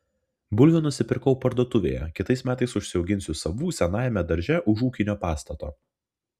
bulvių nusipirkau parduotuvėje kitais metais užsiauginsiu savų senajame darže už ūkinio pastato